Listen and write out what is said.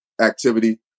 activity